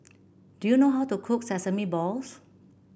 do you know how to cook Sesame Balls